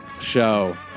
show